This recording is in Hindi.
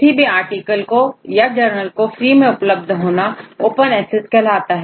किसी भी आर्टिकल को या जर्नल को फ्री में उपलब्ध होना ओपन ACCESS कहलाता है